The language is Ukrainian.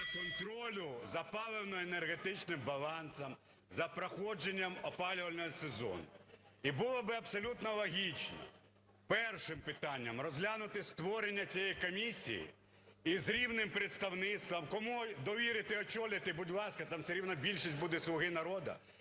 для контролю за паливно-енергетичним балансом, за проходженням опалювального сезону. І було би абсолютно логічним, першим питанням розглянути створення цієї комісії із рівним представництвом, кому довірити, очолити, будь ласка, там все рівно більшість буде "Слуги народу".